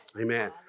Amen